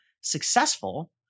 successful